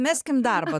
meskim darbą